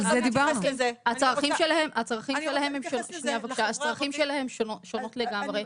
הצרכים שלהם שונים לגמרי.